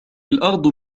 الأرض